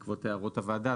בעקבות הערות הוועדה,